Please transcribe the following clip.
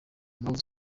mpamvu